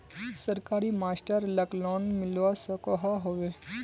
सरकारी मास्टर लाक लोन मिलवा सकोहो होबे?